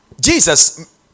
Jesus